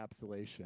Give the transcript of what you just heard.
encapsulation